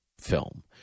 Film